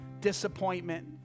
disappointment